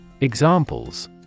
Examples